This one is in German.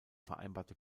vereinbarte